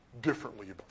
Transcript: differently